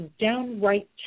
downright